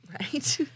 right